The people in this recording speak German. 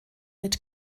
mit